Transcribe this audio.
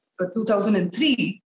2003